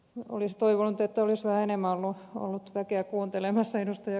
olisin toivonut että olisi vähän enemmän ollut väkeä kuuntelemassa ed